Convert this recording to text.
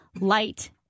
light